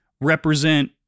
represent